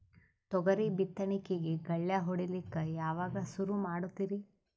ತೊಗರಿ ಬಿತ್ತಣಿಕಿಗಿ ಗಳ್ಯಾ ಹೋಡಿಲಕ್ಕ ಯಾವಾಗ ಸುರು ಮಾಡತೀರಿ?